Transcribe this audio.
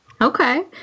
Okay